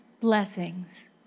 blessings